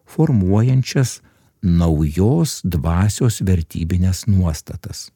formuojančias naujos dvasios vertybines nuostatas